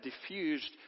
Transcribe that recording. diffused